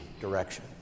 direction